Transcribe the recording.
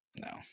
no